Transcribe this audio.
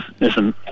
listen